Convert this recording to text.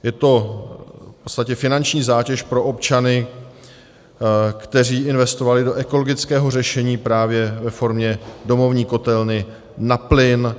Je to v podstatě finanční zátěž pro občany, kteří investovali do ekologického řešení právě ve formě domovní kotelny na plyn.